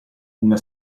una